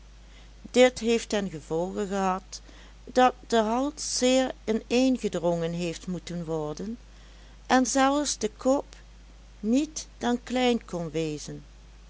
dit heeft ten gevolge gehad dat de hals zeer inëengedrongen heeft moeten worden en zelfs de kop niet dan klein kon wezen